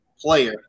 player